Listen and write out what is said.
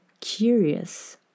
curious